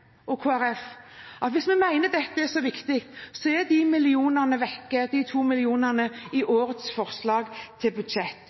og Kristelig Folkeparti, hvis vi mener at dette er så viktig, at de to millionene